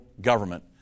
government